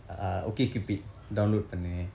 ah OkCupid download பண்ணு:pannu